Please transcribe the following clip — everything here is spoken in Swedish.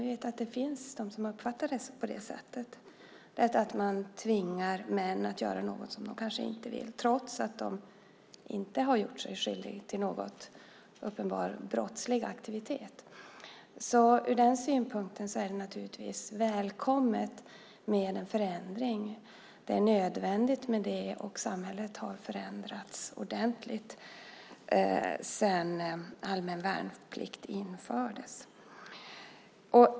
Jag vet att det finns de som uppfattar den på det sättet, alltså att man tvingar män att göra något som de kanske inte vill och trots att de inte gjort sig skyldiga till någon uppenbart brottslig aktivitet. Ur den synpunkten är det naturligtvis välkommet med en förändring. Det är nödvändigt eftersom samhället förändrats ordentligt sedan allmän värnplikt infördes.